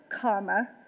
karma